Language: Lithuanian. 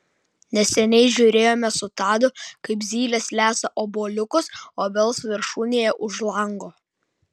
neseniai žiūrėjome su tadu kaip zylės lesa obuoliukus obels viršūnėje už lango